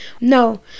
No